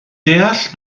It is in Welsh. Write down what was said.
deall